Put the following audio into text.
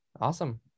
Awesome